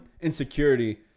insecurity